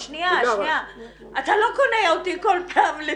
משרד הרווחה עושה כל מה שביכולתו במסגרת התקציבים